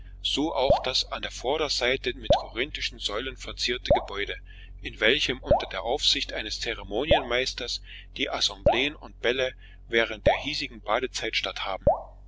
so auch das in der vorderseite mit korinthischen säulen verzierte gebäude in welchem unter der aufsicht eines zeremonienmeisters die assembleen und bälle während der hiesigen badezeit statt haben